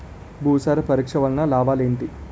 భూసార పరీక్ష వలన లాభాలు ఏంటి?